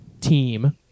team